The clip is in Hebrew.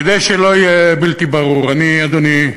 כדי שלא יהיה בלתי ברור, אני, אדוני,